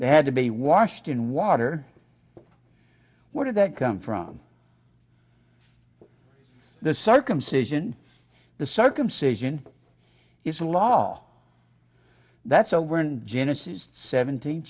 they had to be washed in water where did that come from the circumcision the circumcision is a law that's over in genesis seventeen